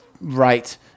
right